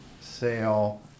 sale